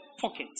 Pockets